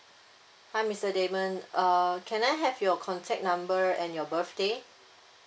hi mister damon uh can I have your contact number and your birthday